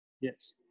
Yes